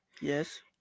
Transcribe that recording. Yes